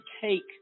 take